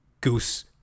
goose